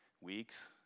weeks